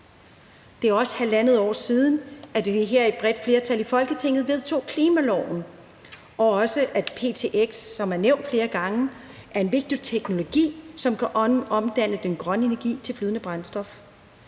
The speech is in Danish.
Det er halvandet år siden, at et bredt flertal her i Folketinget vedtog klimaloven og også, at ptx, som er nævnt flere gange, er en vigtig teknologi, som kan omdanne den grønne energi til flydende brændstof,